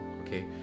Okay